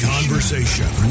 Conversation